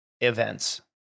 events